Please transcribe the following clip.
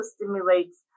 stimulates